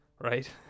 right